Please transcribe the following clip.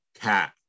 cat